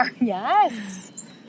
Yes